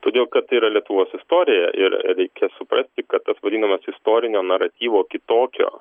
todėl kad tai yra lietuvos istorija ir reikia suprasti kad tas vadinamas istorinio naratyvo kitokio